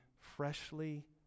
freshly